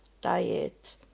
diet